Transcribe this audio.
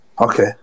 Okay